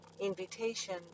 invitation